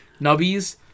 nubbies